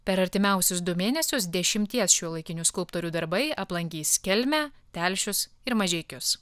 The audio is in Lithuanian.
per artimiausius du mėnesius dešimties šiuolaikinių skulptorių darbai aplankys kelmę telšius ir mažeikius